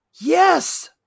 Yes